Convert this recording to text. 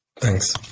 Thanks